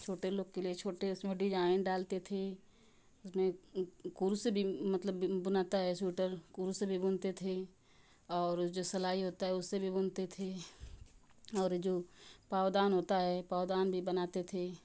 छोटे लोगों के लिए छोटे उसमें डिजाइन डालते थे उसमें कुरुस से भी मतलब बुनाता है सूटर कुरुस से भी बुनते थे और जो सलाई होता है उससे भी बुनते थे और जो पावदान होता है पावदान भी बनाते थे